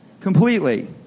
Completely